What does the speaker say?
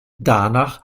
danach